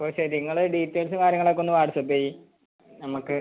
ഓ ശരി നിങ്ങൾ ഡീറ്റെയിൽസ് കാര്യങ്ങളൊക്കെ ഒന്ന് വാട്ട്സാപ്പ് ചെയ്യ് നമുക്ക്